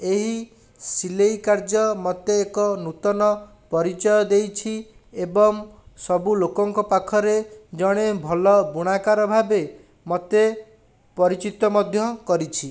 ଏଇ ସିଲେଇ କାର୍ଯ୍ୟ ମୋତେ ଏକ ନୂତନ ପରିଚୟ ଦେଇଛି ଏବଂ ସବୁଲୋକଙ୍କ ପାଖରେ ଜଣେ ଭଲ ବୁଣାକାର ଭାବେ ମୋତେ ପରିଚିତ ମଧ୍ୟ କରିଛି